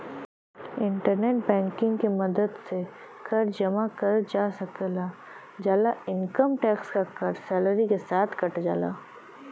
internet banking के मदद से कर जमा करल जा सकल जाला इनकम टैक्स क कर सैलरी के साथ कट जाला